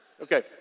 Okay